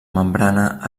membrana